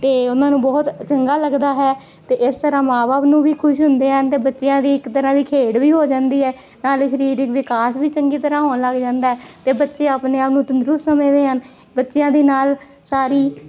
ਅਤੇ ਉਹਨਾਂ ਨੂੰ ਬਹੁਤ ਚੰਗਾ ਲੱਗਦਾ ਹੈ ਅਤੇ ਇਸ ਤਰ੍ਹਾਂ ਮਾਂ ਬਾਪ ਨੂੰ ਵੀ ਖੁਸ਼ ਹੁੰਦੇ ਹਨ ਅਤੇ ਬੱਚਿਆਂ ਦੀ ਇੱਕ ਤਰ੍ਹਾਂ ਦੀ ਖੇਡ ਵੀ ਹੋ ਜਾਂਦੀ ਹੈ ਨਾਲੇ ਸਰੀਰਿਕ ਵਿਕਾਸ ਵੀ ਚੰਗੀ ਤਰ੍ਹਾਂ ਹੋਣ ਲੱਗ ਜਾਂਦਾ ਅਤੇ ਬੱਚੇ ਆਪਣੇ ਆਪ ਨੂੰ ਤੰਦਰੁਸਤ ਸਮਝਦੇ ਹਨ ਬੱਚਿਆਂ ਦੇ ਨਾਲ ਸਾਰੀ